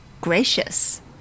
gracious